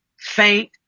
faint